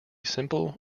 simple